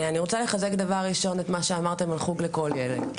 אני רוצה לחזק דבר ראשון את מה שאמרתם על חוג לכל ילד.